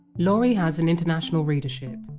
laurie has an international readership.